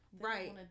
Right